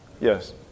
Yes